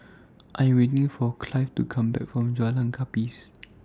I Am waiting For Clive to Come Back from Jalan Gapis